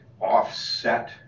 offset